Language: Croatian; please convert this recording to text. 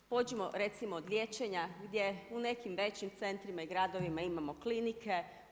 Pođimo recimo od liječenja, gdje u nekim većim centrima i gradovima imamo klinike.